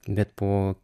bet po